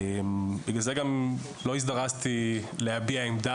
בגלל זה גם לא הזדרזתי להביע עמדה,